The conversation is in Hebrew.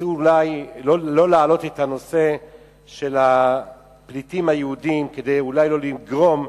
ניסו אולי לא להעלות את נושא הפליטים היהודים כדי אולי לא לגרום,